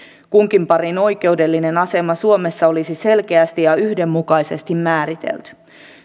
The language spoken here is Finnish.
kunkin parin oikeudellinen asema suomessa olisi selkeästi ja yhdenmukaisesti määritelty